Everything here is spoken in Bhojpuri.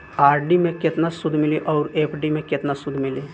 आर.डी मे केतना सूद मिली आउर एफ.डी मे केतना सूद मिली?